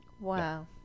Wow